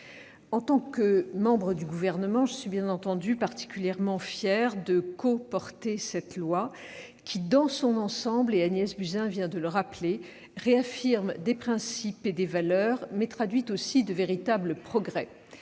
En tant que membre du Gouvernement, je suis bien entendu particulièrement fière de co-porter cette loi, qui, dans son ensemble- Agnès Buzyn vient de le rappeler -, réaffirme des principes et des valeurs, mais traduit aussi de véritables progrès.